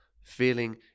feeling